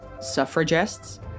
suffragists